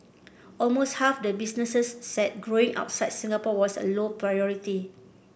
almost half the businesses said growing outside Singapore was a low priority